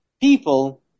people